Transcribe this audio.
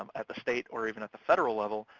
um at the state, or even at the federal level,